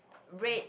red